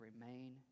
remain